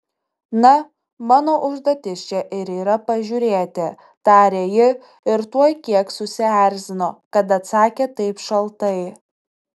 na mano užduotis čia ir yra pažiūrėti tarė ji ir tuoj kiek susierzino kad atsakė taip šaltai